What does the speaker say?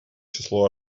число